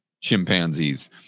chimpanzees